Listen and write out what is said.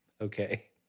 Okay